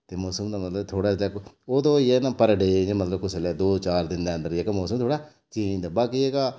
ते मौसम दा मतलब थोह्ड़ा जेहा ओह् ते होई गेआ ना पर डे इ'यां मतलब कुसै बेल्लै दो चार दिन दे अंदर जेह्का मौसम थोह्ड़ा मतलब चेंज होई जंदा बाकी जेह्का